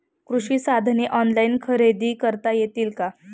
कृषी साधने ऑनलाइन खरेदी करता येतील का?